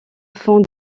fonds